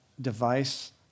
device